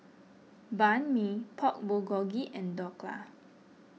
Banh Mi Pork Bulgogi and Dhokla